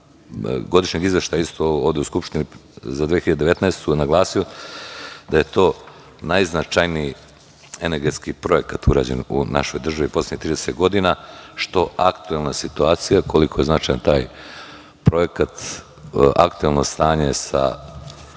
godišnjeg izveštaja isto ovde u Skupštini za 2019. godinu naglasio, najznačajniji energetski projekat urađen u našoj državi poslednjih 30 godina, što aktuelna situacija, koliko je značajan taj projekat, aktuelno stanje sa